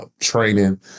training